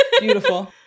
Beautiful